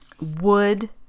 wood